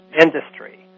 industry